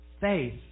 Faith